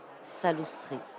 Salustri